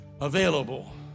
available